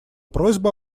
просьба